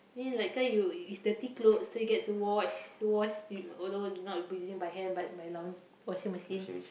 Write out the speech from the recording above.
then like kind you it's dirty clothes so you get to wash wash thing although it's not b~ using my hand but my laun~ washing machine